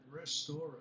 restore